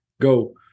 Go